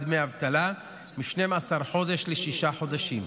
דמי אבטלה מ-12 חודשים לשישה חודשים,